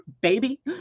baby